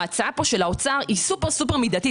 ההצעה פה של האוצר היא סופר סופר מידתית.